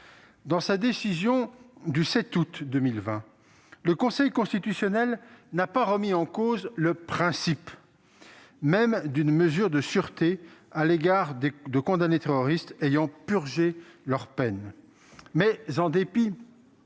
Dans sa décision du 7 août 2020, le Conseil constitutionnel n'a pas remis en cause le principe même d'une mesure de sûreté à l'égard de personnes condamnées pour terrorisme ayant purgé leur peine. Toutefois, en dépit